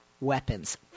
weapons